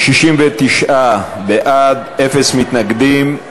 69 בעד, אין מתנגדים.